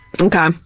Okay